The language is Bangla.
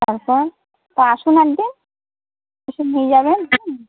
তা স্যা তা আসুন এক দিন এসে নিয়ে যাবেন হুম